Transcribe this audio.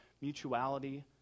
mutuality